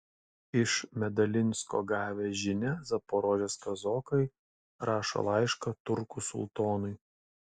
iš medalinsko gavę žinią zaporožės kazokai rašo laišką turkų sultonui